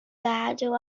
gadw